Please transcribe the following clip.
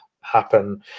happen